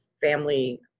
family